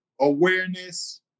awareness